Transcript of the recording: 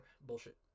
Bullshit